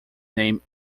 name